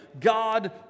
god